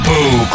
Boo